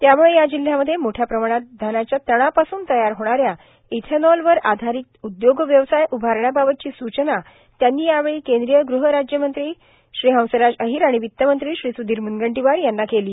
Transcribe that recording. त्यामुळ या जिल्ह्यामध्ये मोठ्या प्रमाणात धानाच्या तनापासून तयार होणाऱ्या इथेनॉल वर आधारत उद्योग व्यवसाय उभारण्या बाबतची सूचना त्यांनी यावेळी कद्रीय गृहराज्यमंत्री हंसराज र्आहर आर्ाण र्ववत्तमंत्री सुधीर मुनगंटोवार यांना केलो